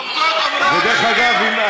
דרך אגב,